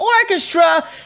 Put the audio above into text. orchestra